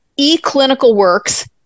eClinicalWorks